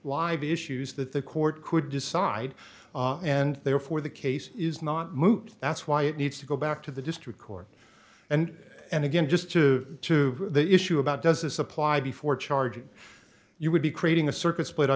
live issues that the court could decide and therefore the case is not moved that's why it needs to go back to the district court and and again just to to the issue about does this apply before charging you would be creating a circus